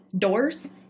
doors